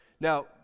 Now